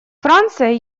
франция